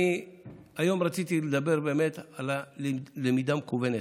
היום רציתי לדבר על הלמידה המקוונת,